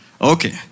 Okay